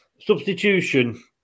substitution